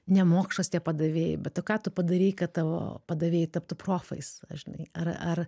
nemokšos tie padavėjai bet o ką tu padarei kad tavo padavėjai taptų profais žinai ar ar